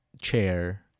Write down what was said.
chair